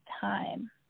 time